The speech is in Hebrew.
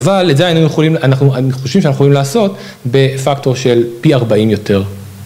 ‫אבל את זה אנחנו חושבים שאנחנו יכולים ‫לעשות בפקטור של פי 40 יותר.